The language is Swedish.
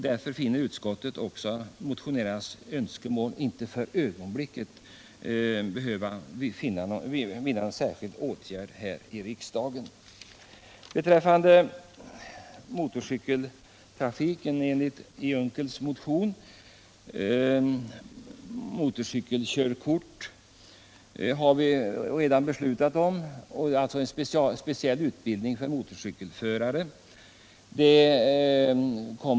Därför finner utskottet också att motionärernas önskemål inte för ögonblicket behöver föranleda någon särskild åtgärd här i riksdagen. Motorcykeltrafiken tas upp i Per Unckels motion. Vi har redan beslutat om motorcykelkörkort — alltså en speciell utbildning för motorcykelförare.